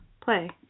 Play